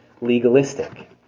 legalistic